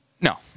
No